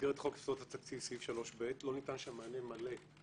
במסגרת חוק יסודות התקציב סעיף 3ב לא ניתן שם מענה מלא,